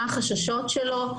מה החששות שלו.